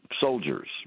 soldiers